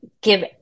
give